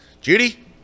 Judy